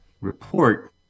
report